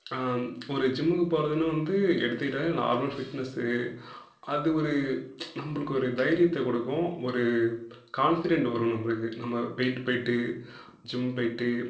ஒரு ஜிம்முக்கு போகிறதுன்னு வந்து எடுத்துக்கிட்டாலே நார்மல் ஃபிட்னஸு அது ஒரு நம்மளுக்கு ஒரு தைரியத்தை கொடுக்கும் ஒரு கான்ஃபிடெண்ட் வரும் நம்மளுக்கு நம்ம போய்ட்டு போய்ட்டு ஜிம் போய்ட்டு